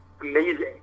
amazing